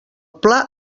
pla